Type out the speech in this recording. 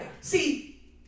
See